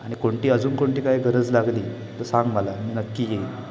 आणि कोणती अजून कोणती काय गरज लागली तर सांग मला मी नक्की येईल